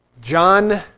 John